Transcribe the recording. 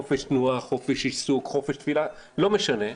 חופש תנועה, חופש עיסוק, חופש תנועה, לא משנה.